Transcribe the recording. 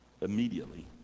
Immediately